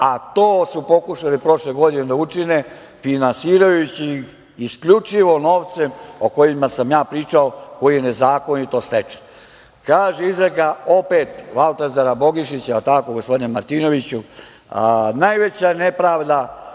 a to su pokušali prošle godine da učine finansirajući ih isključivo novcem o kojem sam ja pričao, koji je nezakonito stečen. Kaže izreka, opet Valtazara Bogišića, je li tako, gospodine Martinoviću – najveća je nepravda